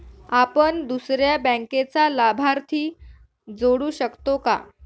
आपण दुसऱ्या बँकेचा लाभार्थी जोडू शकतो का?